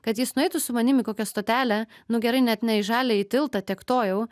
kad jis nueitų su manim į kokią stotelę nu gerai net ne į žaliąjį tiltą tiek to jau